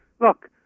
Look